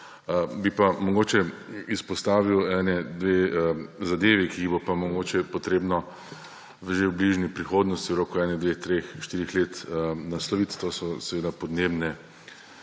Bi pa mogoče izpostavil dve zadevi, ki jih bo pa mogoče treba že v bližnji prihodnosti, v roku dveh, treh, štirih let nasloviti, to so seveda podnebne